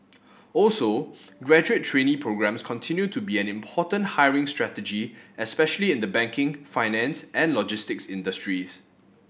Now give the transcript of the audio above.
also graduate trainee programmes continue to be an important hiring strategy especially in the banking finance and logistics industries